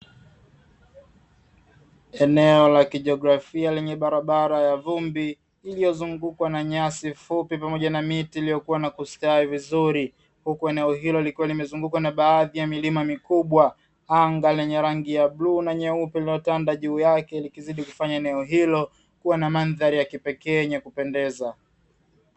Eneo la kijografia lenye barabara ya vumbi iliyozungukwa na nyasi fupi, pamoja na miti iliyokuwa na kustawi vizuri huku eneo hilo likiwa limezungukwa na baadhi ya milima mikubwa, anga lenye rangi ya bluu na nyeupe lililotanda juu yake, likizidi kuifanya eneo hilo kuwa na mandhari ya kipekee yenye kupendeza.